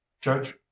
judge